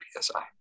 psi